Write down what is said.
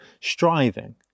striving